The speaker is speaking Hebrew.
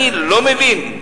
אני לא מבין.